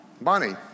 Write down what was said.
money